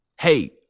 Hey